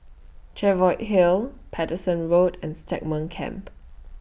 Cheviot Hill Paterson Road and Stagmont Camp